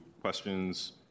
questions